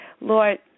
Lord